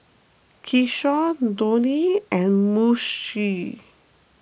Kishore Dhoni and Mukesh